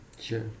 Sure